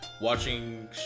watching